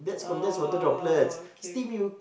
oh okay